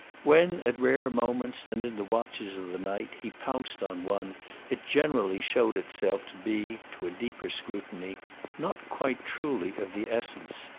when at rare moments and in the watches of the night he pounced on one it generally showed itself to be to a deeper scrutiny not quite truly of the essence.